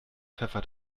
pfeffer